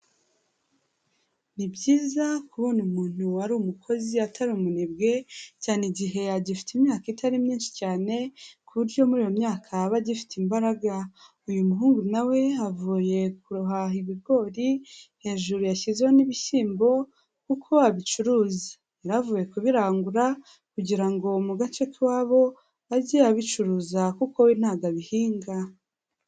Ni byiza kubona umuntu ari umukozi atari umunebwe, cyane igihe agifite imyaka itari myinshi cyane, ku buryo muri iyo myaka aba agifite imbaraga. Uyu muhungu na we avuye guhaha ibigori, hejuru yashyizeho n'ibishyimbo kuko abicuruza. Yari avuye kubirangura kugira ngo mu gace k'iwabo ajye abicuruza kuko we ntabwo abihinga.